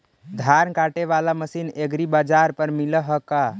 धान काटे बाला मशीन एग्रीबाजार पर मिल है का?